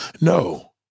No